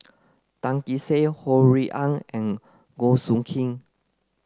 Tan Kee Sek Ho Rui An and Goh Soo Khim